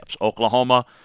Oklahoma